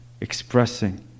expressing